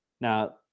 Now